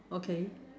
okay